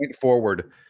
forward